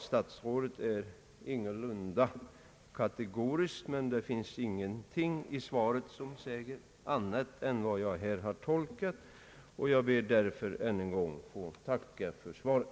Statsrådet är ingalunda kategorisk, men det finns ingenting i svaret som säger annat än det jag här tolkat, och jag ber därför att än en gång få tacka för svaret.